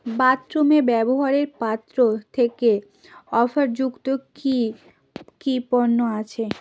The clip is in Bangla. বাথরুমে ব্যবহারের পাত্র থেকে অফার যুক্ত কী কী পণ্য আছে